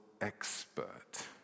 expert